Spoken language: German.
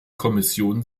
kommission